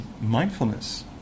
mindfulness